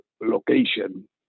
location